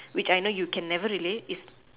which I know you can never relate if